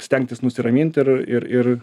stengtis nusiramint ir ir